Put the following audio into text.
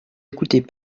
écoutez